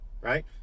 right